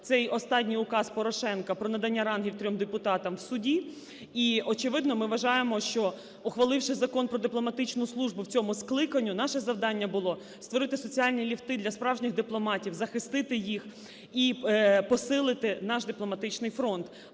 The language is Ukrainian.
цей останній Указ Порошенка про надання рангів трьом депутатам в суді, і, очевидно, ми вважаємо, що, ухваливши Закон "Про дипломатичну службу" в цьому скликанні, наше завдання було створити соціальні ліфти для справжніх дипломатів, захистити їх і посилити наш дипломатичний фронт,